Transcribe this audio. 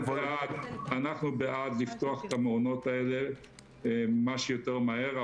אנחנו בעד לפתוח את המעונות האלה מה שיותר מהר.